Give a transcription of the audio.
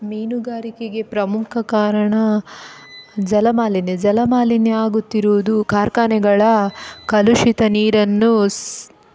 ಮೀನುಗಾರಿಕೆಗೆ ಪ್ರಮುಖ ಕಾರಣ ಜಲಮಾಲಿನ್ಯ ಜಲಮಾಲಿನ್ಯ ಆಗುತ್ತಿರುವುದು ಕಾರ್ಖಾನೆಗಳ ಕಲುಷಿತ ನೀರನ್ನು ಸ್